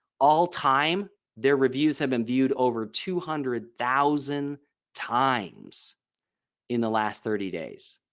all time their reviews have been viewed over two hundred thousand times in the last thirty days